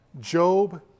Job